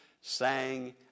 sang